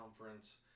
conference